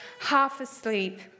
half-asleep